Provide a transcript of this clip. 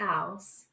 else